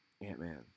Ant-Man